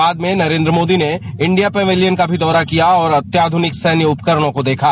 बाद में प्रधानमंत्री ने इंडिया पवेलियन का भी दौरा किया और अत्याधुनिक सैन्य उपकरणों को देखा